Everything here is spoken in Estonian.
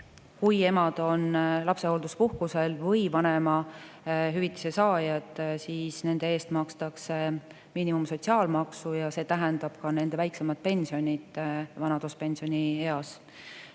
kui emad on lapsehoolduspuhkusel või vanemahüvitise saajad, siis nende eest makstakse miinimumsotsiaalmaksu ja see tähendab ka nende väiksemat pensioni vanaduspensionieas.